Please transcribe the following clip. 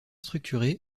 structuré